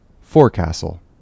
Forecastle